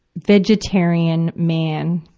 vegetarian man,